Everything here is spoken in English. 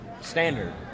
standard